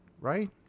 right